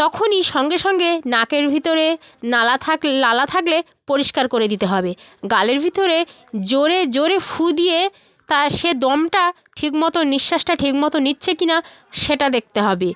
তখনই সঙ্গে সঙ্গে নাকের ভিতরে লালা থাক লালা থাকলে পরিষ্কার করে দিতে হবে গালের ভিতরে জোরে জোরে ফুঁ দিয়ে তার সে দমটা ঠিকমতো নিঃশ্বাসটা ঠিকমতো নিচ্ছে কি না সেটা দেখতে হবে